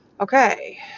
Okay